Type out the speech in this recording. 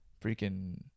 freaking